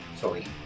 sorry